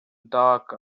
dark